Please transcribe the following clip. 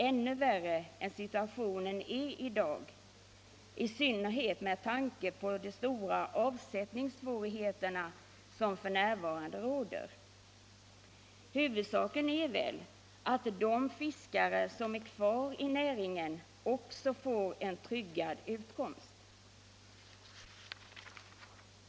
Situationen skulle vara ännu värre än den är i dag, i synnerhet med tanke på de stora avsättningssvårigheter som f.n. råder. Huvudsaken är väl att de fiskare som är kvar i näringen också får en tryggad utkomst.